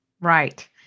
Right